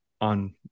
on